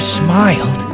smiled